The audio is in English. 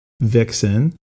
Vixen